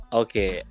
okay